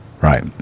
right